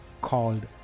called